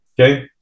okay